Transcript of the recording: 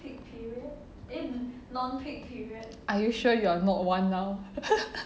are you sure you are not one now